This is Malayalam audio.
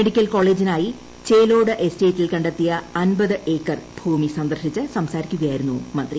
മെഡിക്കൽ കോളേജിനായി ചേലോട് എസ്റ്റേറ്റിൽ കണ്ടെത്തിയ അമ്പത് ഏക്കർ ഭൂമി സന്ദർശിച്ച് സംസാരിക്കുകയായിരുന്നു മന്ത്രി